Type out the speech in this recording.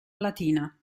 latina